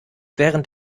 während